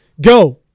go